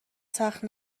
سخت